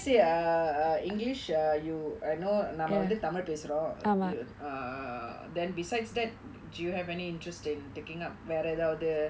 say uh english uh I know நம்ம வந்து:namma vanthu tamil பேசுறோம்:pesurom err then besides that do you have any interesting in taking up வேற எதாவது:vera ethaavathu